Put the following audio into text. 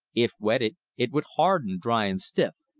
if wetted, it would harden dry and stiff.